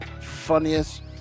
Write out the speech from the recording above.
funniest